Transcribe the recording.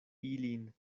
ilin